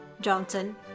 Johnson